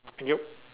thank you